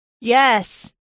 Yes